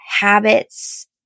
habits